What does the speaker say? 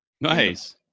Nice